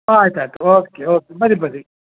ಆಯ್ತು ಆಯ್ತು okay okay ಬನ್ರಿ ಬನ್ರಿ